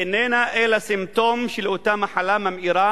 איננה אלא סימפטום של אותה מחלה ממאירה